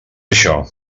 això